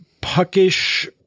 puckish –